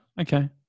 Okay